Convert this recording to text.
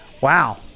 Wow